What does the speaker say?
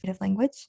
language